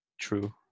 True